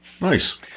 Nice